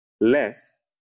less